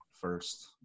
first